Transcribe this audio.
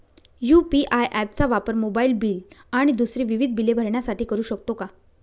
UPI app चा वापर mobile bill आणि दुसरी विविध बिले भरण्यासाठी करू शकतो का?